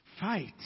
fight